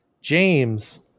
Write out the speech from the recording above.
James